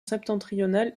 septentrionale